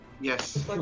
Yes